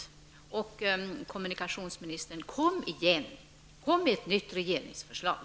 Kom igen, kommunikationsministern, med ett nytt regeringsförslag!